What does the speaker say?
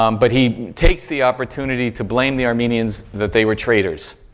um but he takes the opportunity to blame the armenians that they were traitors,